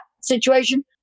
situation